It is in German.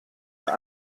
der